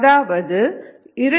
அதாவது 2